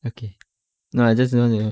okay no I just wanted to